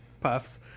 Puffs